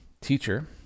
teacher